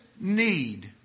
need